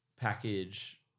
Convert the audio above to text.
package